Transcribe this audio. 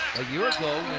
a year ago,